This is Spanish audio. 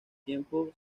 tiempo